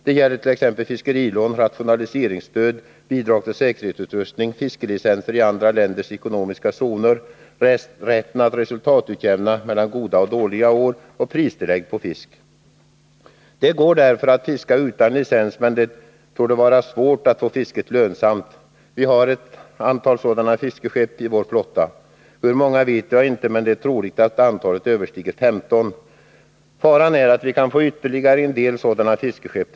Det gäller t.ex. fiskerilån, rationaliseringsstöd, bidrag till säkerhetsutrustning, fiskelicenser i andra länders ekonomiska zoner, rätten att resultatutjämna mellan goda och dåliga år samt pristillägg på fisk. Det går därför att fiska utan licens, men det torde vara svårt att få fisket lönsamt. Vi har ett antal sådana fiskeskepp i vår flotta. Hur många vet jag inte, men det är troligt att antalet överstiger 15. Faran är att vi kan få ytterligare en del sådana fiskeskepp.